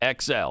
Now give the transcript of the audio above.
xl